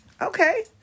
Okay